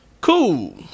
Cool